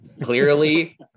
clearly